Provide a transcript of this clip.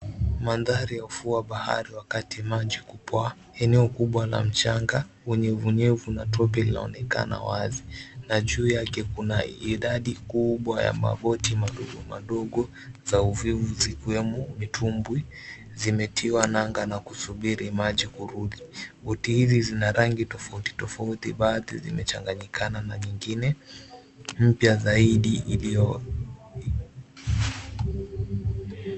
Mandhari ya ufuo wa bahari wakati maji kupwa. Eneo kubwa la mchanga wenye unyevunyevu na tope linaonekana wazi na juu yake kuna idadi kubwa ya maboti madogo madogo za uvuvi zikiwemo mitumbwi zimetiwa nanga na kusubiri maji kurudi. Boti hizi zina rangi tofauti tofauti baadhi zimechanganyikana na nyingine mpya zaidi iliyo...